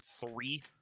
three